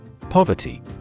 Poverty